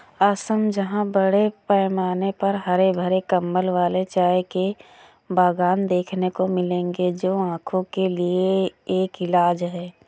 असम जहां बड़े पैमाने पर हरे भरे कंबल वाले चाय के बागान देखने को मिलेंगे जो आंखों के लिए एक इलाज है